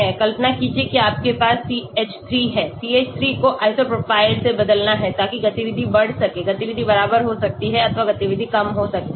कल्पना कीजिए कि आपके पास CH3 है CH3 को iso propyl से बदलना है ताकि गतिविधि बढ़ सके गतिविधि बराबर हो सकती है अथवा गतिविधि कम हो सकती है